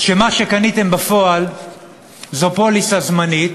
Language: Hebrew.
שמה שקניתם בפועל זו פוליסה זמנית,